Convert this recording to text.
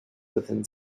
within